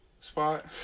spot